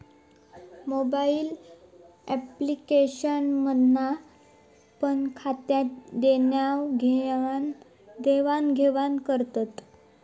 mobile application मधना पण खात्यात देवाण घेवान करतत